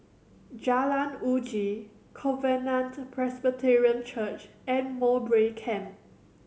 Jalan Uji Covenant Presbyterian Church and Mowbray Camp